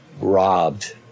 robbed